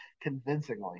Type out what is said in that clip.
convincingly